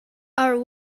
are